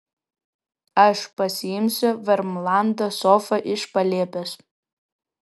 aš pasiimsiu vermlando sofą iš palėpės